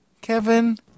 Kevin